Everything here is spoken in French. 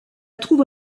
trouve